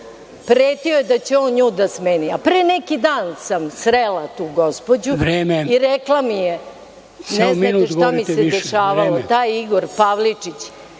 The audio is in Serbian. Pretio da će on nju da smeni. Pre neki dan sam srela tu gospođu i rekla mi je, ne znate šta mi se dešavalo. Taj Igor Pavličić